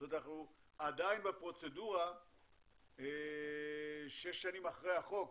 אנחנו עדיין בפרוצדורה שש שנים אחרי החוק.